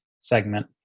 segment